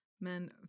men